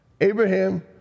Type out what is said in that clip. Abraham